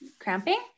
cramping